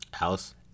Alice